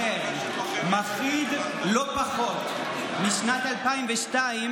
הזכירו לי גם אירוע אחר מחריד לא פחות משנת 2002,